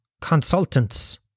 consultants